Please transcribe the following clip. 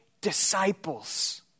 disciples